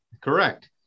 Correct